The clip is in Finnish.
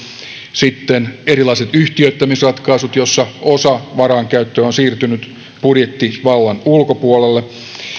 sitten erilaiset yhtiöittämisratkaisut joissa osa varainkäyttöä on siirtynyt budjettivallan ulkopuolelle